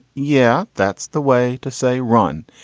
yeah, that's the way to say run.